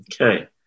Okay